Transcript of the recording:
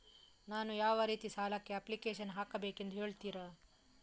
ನಾನು ಯಾವ ರೀತಿ ಸಾಲಕ್ಕೆ ಅಪ್ಲಿಕೇಶನ್ ಹಾಕಬೇಕೆಂದು ಹೇಳ್ತಿರಾ?